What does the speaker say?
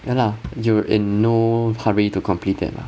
ya lah you in no hurry to complete them lah